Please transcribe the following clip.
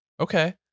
Okay